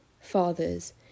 Fathers